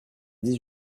dix